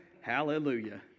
Hallelujah